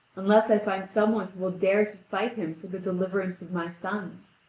unless i find some one who will dare to fight him for the deliverance of my sons,